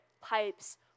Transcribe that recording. pipes